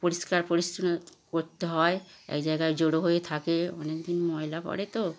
পরিষ্কার পরিছন্ন করতে হয় এক জায়গায় জড়ো হয়ে থাকে অনেক দিন ময়লা পড়ে তো